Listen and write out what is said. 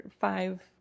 five